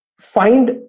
find